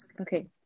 Okay